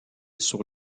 sur